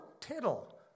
tittle